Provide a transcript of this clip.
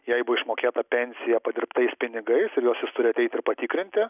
jai buvo išmokėta pensija padirbtais pinigais ir jis juos turi ateiti ir patikrinti